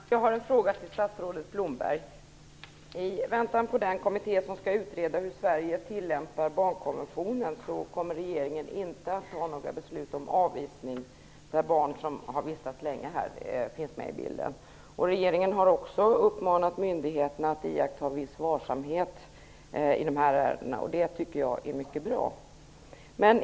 Herr talman! Jag har en fråga till statsrådet Blomberg. I väntan på den kommitté som skall utreda hur Sverige tillämpar barnkonventionen kommer regeringen inte att fatta några beslut om avvisning då barn som har vistats här länge finns med i bilden. Regeringen har också uppmanat myndigheterna att iaktta viss varsamhet i dessa ärenden, och det tycker jag är mycket bra.